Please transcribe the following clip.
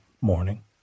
morning